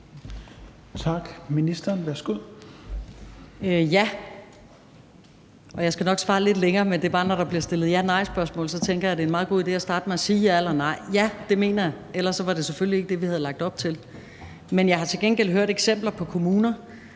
Ja. Jeg skal nok svare lidt længere, men det er bare sådan, at når der bliver stillet ja-nej-spørgsmål, tænker jeg, at det er en meget god idé at starte med at sige ja eller nej. Ja, det mener jeg – ellers var det selvfølgelig ikke det, vi havde lagt op til. Men jeg har til gengæld hørt eksempler på kommuner